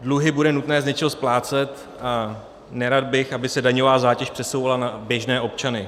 Dluhy bude nutné z něčeho splácet a nerad bych, aby se daňová zátěž přesouvala na běžné občany.